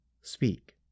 speak